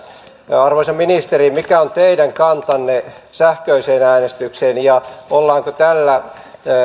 arvoisa ministeri mikä on teidän kantanne sähköiseen äänestykseen ollaanko tällä